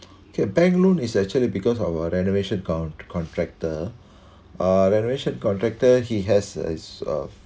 okay bank loan it's actually because of our renovation con~ contractor uh renovation contractor he has a uh